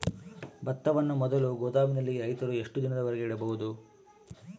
ಭತ್ತವನ್ನು ಮೊದಲು ಗೋದಾಮಿನಲ್ಲಿ ರೈತರು ಎಷ್ಟು ದಿನದವರೆಗೆ ಇಡಬಹುದು?